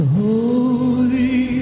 Holy